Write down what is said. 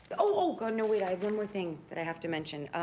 oh, oh, no, wait, i have one more thing that i have to mention.